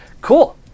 Cool